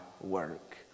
work